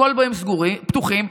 הכל-בואים פתוחים,